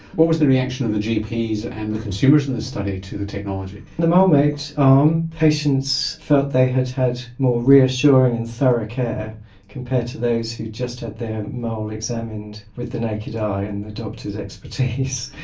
what was the reaction of the gps and the consumers in this study to the technology? the molemate arm um patients felt they had had more reassuring and thorough care compared to those who just had their mole examined with the naked eye and the doctor's expertise.